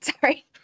sorry